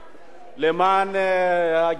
למען הגילוי הנאות,